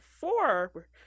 four